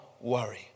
worry